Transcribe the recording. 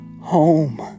home